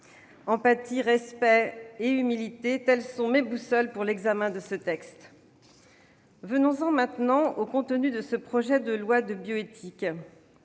Empathie, respect et humilité, telles sont mes boussoles pour l'examen de ce texte. Venons-en maintenant au contenu de ce projet de loi de bioéthique.